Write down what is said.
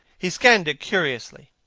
he scanned it curiously,